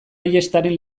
ayestaren